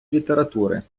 літератури